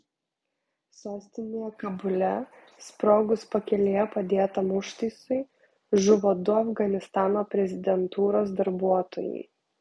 sostinėje kabule sprogus pakelėje padėtam užtaisui žuvo du afganistano prezidentūros darbuotojai